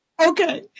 Okay